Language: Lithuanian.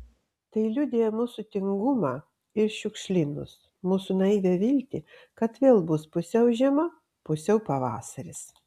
tai liudija mūsų tingumą ir šiukšlynus mūsų naivią viltį kad vėl bus pusiau žiema pusiau pavasaris